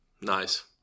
Nice